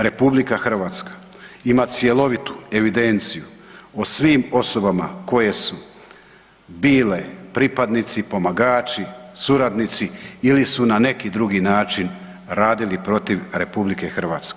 RH ima cjelovitu evidenciju o svim osobama koje su bile pripadnici, pomagači, suradnici ili su na neki drugi način radili protiv RH.